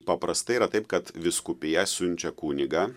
paprastai yra taip kad vyskupija siunčia kunigą